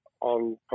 on